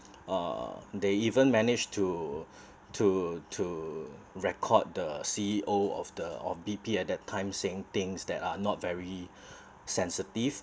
uh they even manage to to to record the C_E_O of the of B_P at that time saying things that are not very sensitive